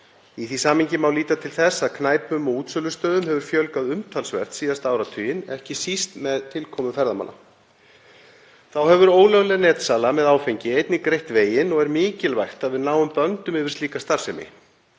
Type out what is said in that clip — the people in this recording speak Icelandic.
Í því samhengi má líta til þess að knæpum og útsölustöðum hefur fjölgað umtalsvert síðasta áratuginn, ekki síst með tilkomu ferðamanna. Þá hefur ólögleg netsala með áfengi einnig greitt veginn og er mikilvægt að við komum böndum á slíka starfsemi.